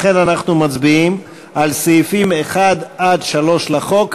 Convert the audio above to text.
לכן אנחנו מצביעים על סעיפים 1 3 לחוק,